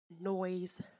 noise